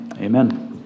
Amen